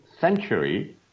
century